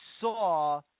saw